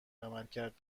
عملکرد